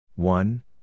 One